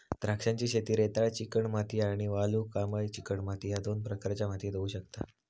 द्राक्षांची शेती रेताळ चिकणमाती आणि वालुकामय चिकणमाती ह्य दोन प्रकारच्या मातीयेत होऊ शकता